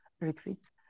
retreats